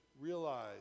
realize